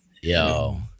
Yo